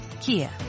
Kia